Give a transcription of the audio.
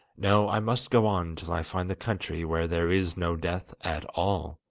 no, i must go on till i find the country where there is no death at all